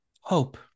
hope